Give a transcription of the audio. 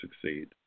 succeed